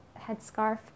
headscarf